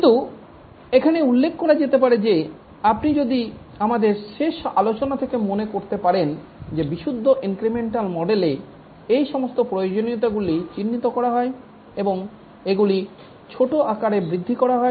কিন্তু এখানে উল্লেখ করা যেতে পারে যে আপনি যদি আমাদের শেষ আলোচনা থেকে মনে করতে পারেন যে বিশুদ্ধ ইনক্রিমেন্টাল মডেলে এই সমস্ত প্রয়োজনীয়তাগুলি চিহ্নিত করা হয় এবং এগুলি ছোট আকারে বৃদ্ধি করা হয়